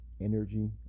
energy